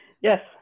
Yes